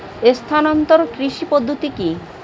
স্থানান্তর কৃষি পদ্ধতি কি?